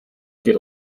geht